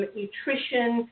nutrition